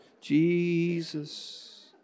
Jesus